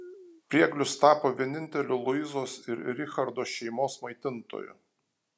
prieglius tapo vieninteliu luizos ir richardo šeimos maitintoju